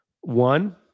one